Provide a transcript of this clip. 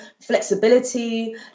flexibility